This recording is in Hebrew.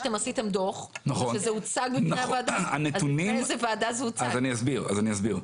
אני אסביר.